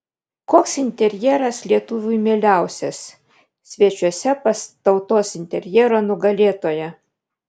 koks interjeras lietuviui mieliausias svečiuose pas tautos interjero nugalėtoją